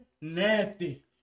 nasty